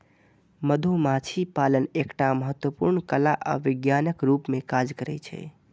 मधुमाछी पालन एकटा महत्वपूर्ण कला आ विज्ञानक रूप मे काज करै छै